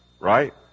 right